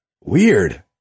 Weird